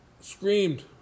Screamed